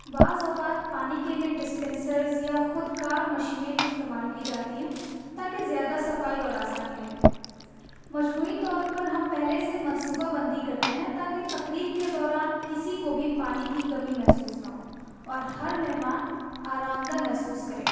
بعض اوقات پانی کے لیے ڈسپینسرز یا خود کار مشینیں بھی استعمال کی جاتی ہیں تاکہ زیادہ صفائی اور آسانی رہے مجموعی طور پر ہم پہلے سے منصوبہ بندی کرتے ہیں تاکہ تقریب کے دوران کسی کو بھی پانی کی کمی محسوس نہ ہو اور ہر مہمان آرام دہ محسوس کرے